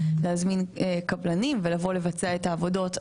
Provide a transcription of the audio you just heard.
להזמין קבלנים ולבוא לבצע את העבודות.